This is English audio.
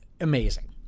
amazing